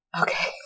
Okay